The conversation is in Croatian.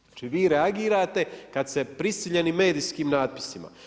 Znači, vi reagirate kad ste prisiljeni medijskim natpisima.